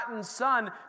Son